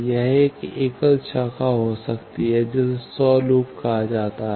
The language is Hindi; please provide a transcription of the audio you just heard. यह एक एकल शाखा हो सकती है जिसे स्व लूप कहा जाता है